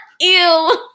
Ew